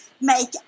make